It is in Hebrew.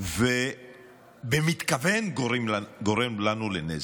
ובמתכוון גורם לנו נזק.